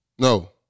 No